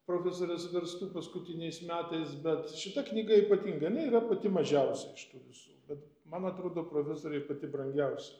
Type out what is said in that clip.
profesorės verstų paskutiniais metais bet šita knyga ypatinga jinai yra pati mažiausia iš tų visų bet man atrodo profesorei pati brangiausia